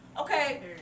Okay